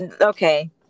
Okay